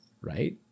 right